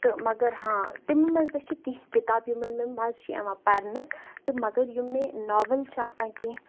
تہٕ مگر ہاں تمہِ منٛز تہِ چھِ کینٛہہ کِتابہٕ یِمَن مےٚ مَزِ چھُ یِوان پَرنَس تہٕ مگر یِم مےٚ ناوَل چھِ آسان کینٛہہ